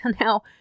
now